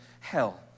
hell